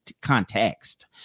context